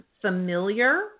familiar